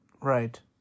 Right